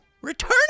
Return